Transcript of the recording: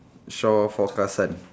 shore forecast sand